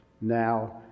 now